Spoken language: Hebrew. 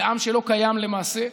לעם שלא קיים למעשה.